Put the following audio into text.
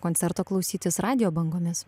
koncerto klausytis radijo bangomis